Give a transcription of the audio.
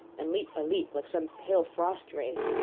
and leap by leap, like some pale frost wraith,